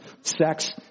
sex